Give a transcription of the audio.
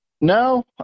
No